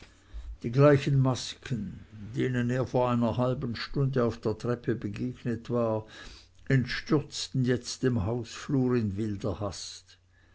die gleichen masken denen er vor einer halben stunde auf der treppe begegnet war entstürzten jetzt dem hausflur in wilder hast